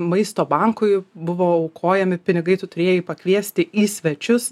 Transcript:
maisto bankui buvo aukojami pinigai tu turėjai pakviesti į svečius